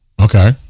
Okay